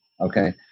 okay